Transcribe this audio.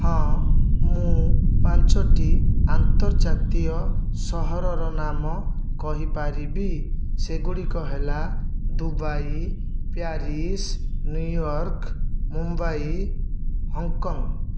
ହଁ ମୁଁ ପାଞ୍ଚଟି ଆନ୍ତର୍ଜାତୀୟ ସହରର ନାମ କହିପାରିବି ସେଗୁଡ଼ିକ ହେଲା Dubai Paris New York Mumbai Hong Kong